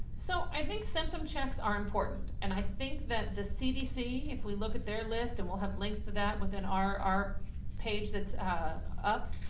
so i think symptom checks are important and i think that the cdc, if we look at their list and we'll have links to that within our our page that's up.